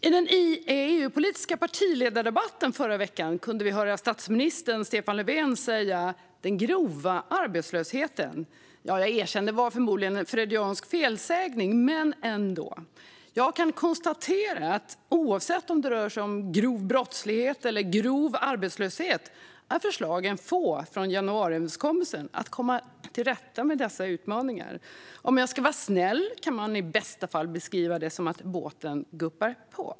I den EU-politiska partiledardebatten i förra veckan kunde vi höra statsminister Stefan Löfven tala om den grova arbetslösheten. Jag erkänner att det förmodligen var en freudiansk felsägning, men ändå. Jag kan konstatera att oavsett om det rör sig om grov brottslighet eller grov arbetslöshet är förslagen få från januariöverenskommelsen för att man ska kunna komma till rätta med dessa utmaningar. Om man ska vara snäll kan man i bästa fall beskriva det som att båten guppar på.